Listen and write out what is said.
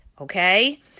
Okay